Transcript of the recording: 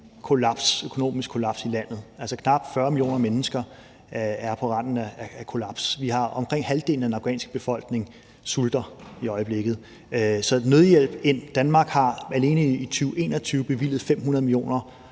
økonomisk kollaps i landet. Knap 40 millioner mennesker er på randen af et kollaps. Omkring halvdelen af den afghanske befolkning sulter i øjeblikket, så der skal nødhjælp ind. Danmark har alene i 2021 bevilget 500 mio.